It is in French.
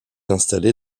installée